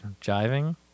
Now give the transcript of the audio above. jiving